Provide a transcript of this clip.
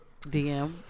dm